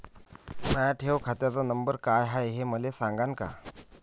माया ठेव खात्याचा नंबर काय हाय हे मले सांगान का?